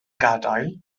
gadael